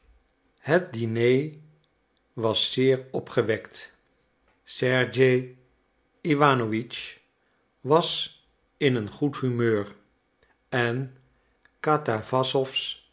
het diner was zeer opgewekt sergej iwanowitsch was in een goed humeur en